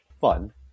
fun